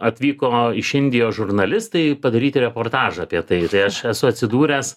atvyko iš indijos žurnalistai padaryti reportažą apie tai tai aš esu atsidūręs